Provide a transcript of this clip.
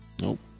Nope